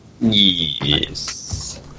Yes